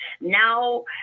now